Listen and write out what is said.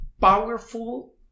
powerful